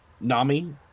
nami